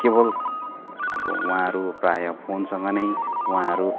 केवल अब उहाँंहरू प्रायसँग नै प्राय उहाँहरू